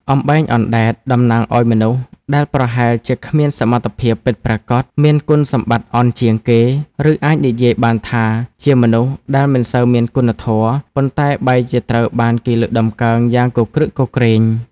អំបែងអណ្ដែត តំណាងឲ្យមនុស្សដែលប្រហែលជាគ្មានសមត្ថភាពពិតប្រាកដ មានគុណសម្បត្តិអន់ជាងគេ ឬអាចនិយាយបានថា ជាមនុស្សដែលមិនសូវមានគុណធម៌ ប៉ុន្តែបែរជាត្រូវបានគេលើកតម្កើងយ៉ាងគគ្រឹកគគ្រេង។